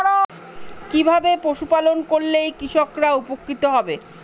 কিভাবে পশু পালন করলেই কৃষকরা উপকৃত হবে?